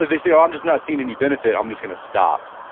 they say, oh, i'm just not seeing any benefit, i'm just going to stop.